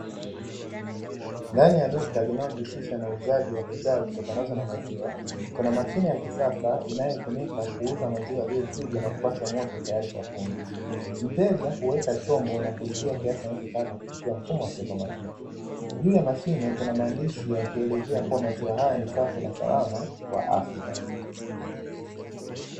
Ndani ya duka linalojihusisha na uuzaji wa bidhaa zitokanazo na maziwa, kuna mashine ya kisasa inayotumika kuuza maziwa yaliyopashwa moto na kuchujwa tayari Kwa kunywa, mteja huweka chombo na kulipia kiasi anachotaka kunywa kupitia mfumo wa kiautomatiki; juu ya mashine kuna maandishi yakielezea kuwa maziwa hayo ni safi na salama kwa afya.